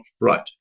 right